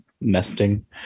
nesting